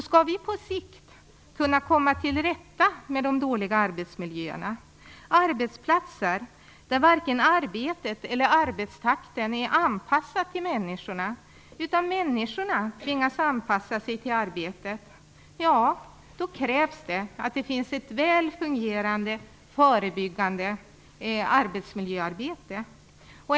Skall vi på sikt kunna komma till rätta med de dåliga arbetsmiljöerna, arbetsplatser där varken arbetet eller arbetstakten är anpassade till människorna utan människorna tvingas anpassa sig till arbetet, krävs det en väl fungerande förebyggande arbetsmiljöverksamhet.